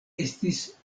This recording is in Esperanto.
estis